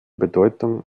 bedeutung